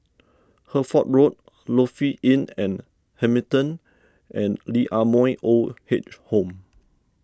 Hertford Road Lofi Inn and Hamilton and Lee Ah Mooi Old Age Home